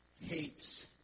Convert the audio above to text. hates